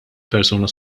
persuna